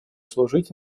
служить